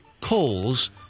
calls